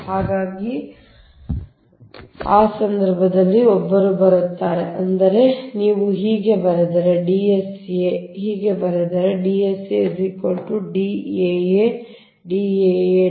ಹಾಗಾಗಿ ಆ ಸಂದರ್ಭದಲ್ಲಿ ಒಬ್ಬರು ಬರುತ್ತಾರೆ ಅಂದರೆ ನೀವು ಹೀಗೆ ಬರೆದರೆ D sa ಹೀಗೆ ಬರೆದರೆ ಹಾಕುತ್ತದೆ